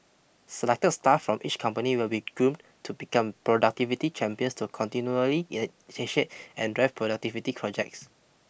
selected staff from each company will be groomed to become productivity champions to continually initiate and drive productivity projects